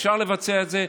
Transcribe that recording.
אפשר לבצע את זה,